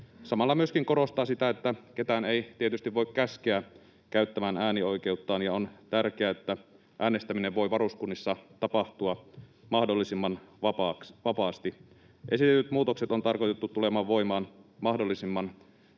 samalla myöskin korostaa sitä, että ketään ei tietysti voi käskeä käyttämään äänioikeuttaan ja on tärkeää, että äänestäminen voi varuskunnissa tapahtua mahdollisimman vapaasti. Esitellyt muutokset on tarkoitettu tulemaan voimaan mahdollisimman